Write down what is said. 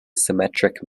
symmetric